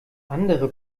andere